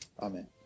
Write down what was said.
amen